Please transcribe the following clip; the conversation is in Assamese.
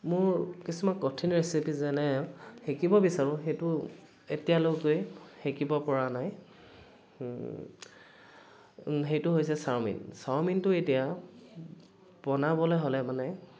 মোৰ কিছুমান কঠিন ৰেচিপি যেনে শিকিব বিচাৰোঁ সেইটো এতিয়ালৈকে শিকিব পৰা নাই সেইটো হৈছে চাউমিন চাউমিনটো এতিয়া বনাবলে হ'লে মানে